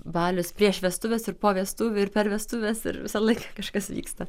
balius prieš vestuves ir po vestuvių ir per vestuves ir visąlaik kažkas vyksta